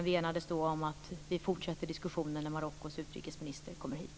Vi enades då om att fortsätta diskussionen när Marockos utrikesminister kommer hit.